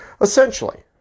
Essentially